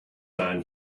man